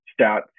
stats